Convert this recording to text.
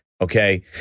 okay